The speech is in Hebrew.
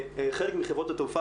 חלק מחברות התעופה,